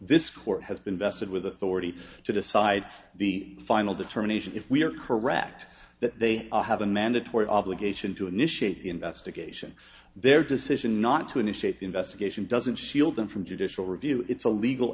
this court has been vested with authority to decide the final determination if we are correct that they have a mandatory obligation to initiate the investigation their decision not to initiate the investigation doesn't shield them from judicial review it's a legal